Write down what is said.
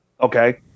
Okay